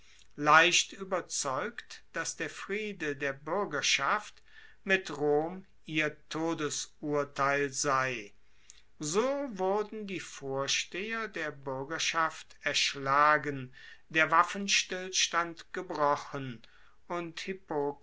leicht ueberzeugt dass der friede der buergerschaft mit rom ihr todesurteil sei so wurden die vorsteher der buergerschaft erschlagen der waffenstillstand gebrochen und hippokrates